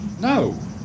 No